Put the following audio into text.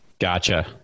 Gotcha